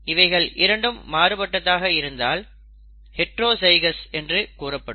இவைகள் இரண்டும் மாறுபட்டதாக இருந்தால் ஹைட்ரோ ஜைகௌஸ் என்று கூறப்படும்